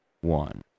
one